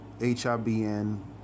H-I-B-N